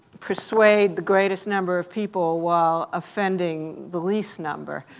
persuade the greatest number of people while offending the least number.